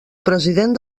president